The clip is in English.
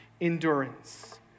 endurance